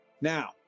now